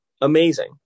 amazing